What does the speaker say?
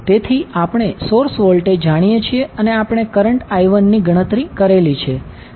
તેથી આપણે source voltage જાણીએ છીએ અને આપણે કરંટ I1ની ગણતરી કરેલી છે